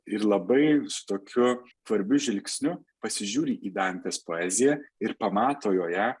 ir labai su tokiu skvarbiu žvilgsniu pasižiūri į dantės poeziją ir pamato joje